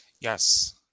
Yes